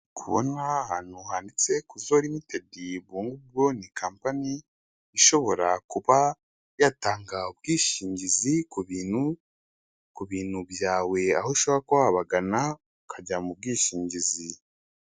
Ndi kubona ahantu handitse kuzo rimitedi, ubwo ngubwo ni kampani ishobora kuba yatanga ubwishingizi ku bintu, ku bintu byawe aho ushobora kuba wabagana ukajya mu bwishingizi.